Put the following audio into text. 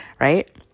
right